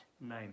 name